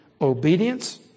obedience